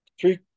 three